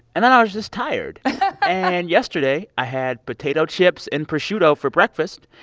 and then i was just tired and yesterday, i had potato chips and prosciutto for breakfast,